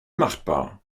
machbar